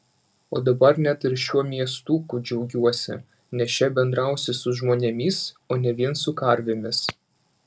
o dabar net ir šiuo miestuku džiaugiuosi nes čia bendrausiu su žmonėmis o ne vien su karvėmis